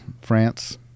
France